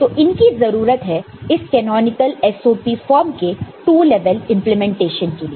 तो इनकी जरूरत है इस कैनॉनिकल SOP फॉर्म के टू लेवल इंप्लीमेंटेशन के लिए